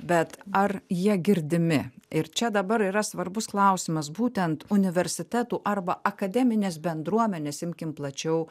bet ar jie girdimi ir čia dabar yra svarbus klausimas būtent universitetų arba akademinės bendruomenės imkim plačiau